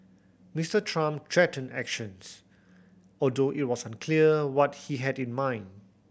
Mister Trump threatened actions although it was unclear what he had in mind